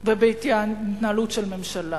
ובהתנהלות של ממשלה.